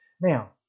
Now